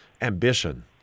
ambition